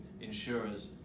insurers